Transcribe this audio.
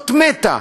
אות מתה.